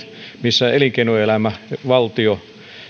missä elinkeinoelämä ja valtio